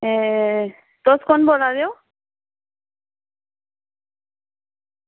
एह् तुस कु'न बोला दे ओ